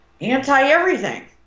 anti-everything